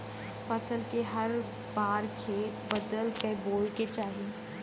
फसल के हर बार खेत बदल क बोये के चाही